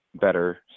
better